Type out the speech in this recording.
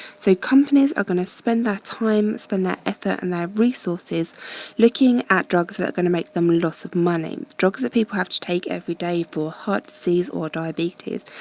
so companies are gonna spend their time, spend their effort and their resources looking at drugs that are gonna make them a lots of money. drugs that people have to take every day for heart disease or diabetes.